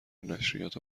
نشریات